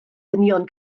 dynion